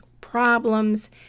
problems